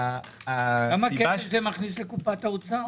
כמה כסף זה יכניס לקופת האוצר?